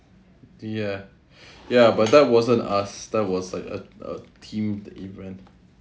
ya ya but that wasn't us that was like uh a team the event